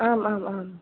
आम् आम् आम्